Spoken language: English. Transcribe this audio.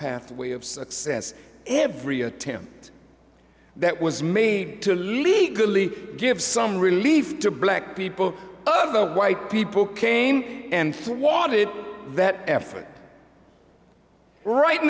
pathway of success every attempt that was made to legally give some relief to black people other white people came and for want it that effort right